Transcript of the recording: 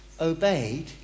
obeyed